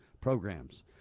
programs